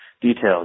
Details